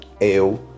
Eu